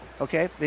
okay